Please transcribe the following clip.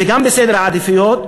וגם בסדר העדיפויות